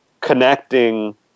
connecting